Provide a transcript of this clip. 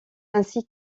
ainsi